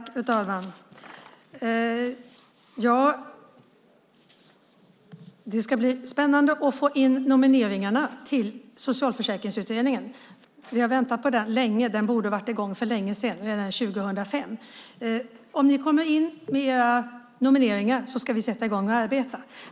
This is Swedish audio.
Fru talman! Det ska bli spännande att få in nomineringarna till Socialförsäkringsutredningen. Vi har väntat länge på den. Den borde ha varit i gång för länge sedan - redan 2005. Om ni kommer med nomineringar ska vi sätta i gång och arbeta.